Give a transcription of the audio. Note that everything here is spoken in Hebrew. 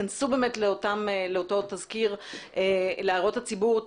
תיכנסו לאותו תזכיר להערות הציבור,